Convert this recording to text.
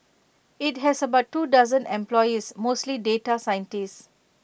IT has about two dozen employees mostly data scientists